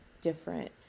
different